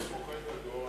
הולך ופוחת הדור,